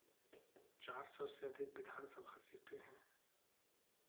चार सौ से अधिक विधानसभा सीटें हैं